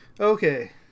Okay